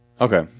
Okay